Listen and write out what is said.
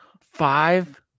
five